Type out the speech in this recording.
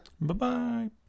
Bye-bye